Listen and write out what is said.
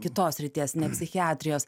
kitos srities ne psichiatrijos